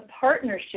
partnership